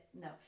No